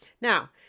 Now